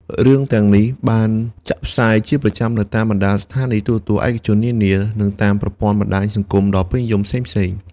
រឿងទាំងនេះបានចាក់ផ្សាយជាប្រចាំនៅតាមបណ្តាស្ថានីយទូរទស្សន៍ឯកជននានា និងតាមប្រព័ន្ធបណ្តាញសង្គមដ៏ពេញនិយមផ្សេងៗ។